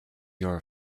your